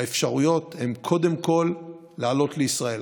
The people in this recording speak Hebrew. האפשרויות הן קודם כול לעלות לישראל,